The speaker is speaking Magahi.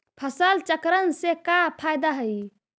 फसल चक्रण से का फ़ायदा हई?